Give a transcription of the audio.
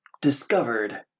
discovered